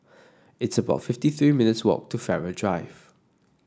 it's about fifty three minutes' walk to Farrer Drive